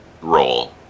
role